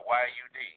yud